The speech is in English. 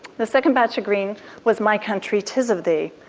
the second batch of green was my country, tis of thee.